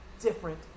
different